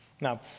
Now